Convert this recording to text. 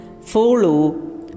follow